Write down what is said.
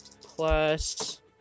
plus